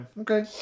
okay